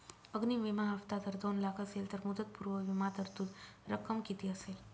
अग्नि विमा हफ्ता जर दोन लाख असेल तर मुदतपूर्व विमा तरतूद रक्कम किती असेल?